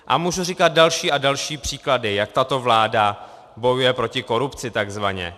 A můžu říkat další a další příklady, jak tato vláda bojuje proti korupci, takzvaně.